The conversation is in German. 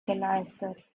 geleistet